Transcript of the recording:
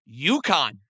UConn